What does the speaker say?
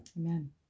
Amen